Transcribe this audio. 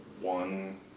one